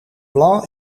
blanc